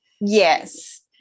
Yes